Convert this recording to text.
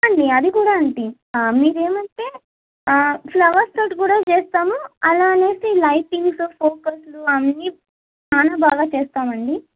yeah అండి అది కూడా ఆంటీ మీరు ఏమంటే ఫ్లవర్స్ తోటి కూడా చేస్తాము అలా అనేసి లైటింగ్స్ ఫోకస్లు అన్నీ చానా బాగా చేస్తామండి